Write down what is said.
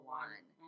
one